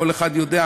כל אחד יודע,